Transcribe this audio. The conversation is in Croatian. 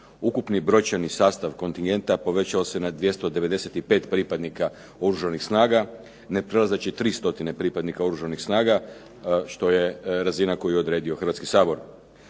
Ukupni brojčani sastav kontingenta povećao se na 295 pripadnika Oružanih snaga, ne prelazeći 300 pripadnika Oružanih snaga što je razina koju je odredio Hrvatski sabor.